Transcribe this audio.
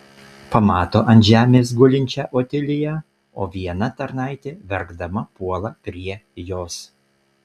pamato ant žemės gulinčią otiliją o viena tarnaitė verkdama puola prie jos